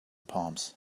palms